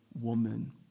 woman